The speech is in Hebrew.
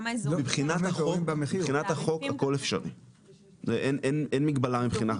מבחינת החוק, הכל אפשרי אין מגבלה מבחינת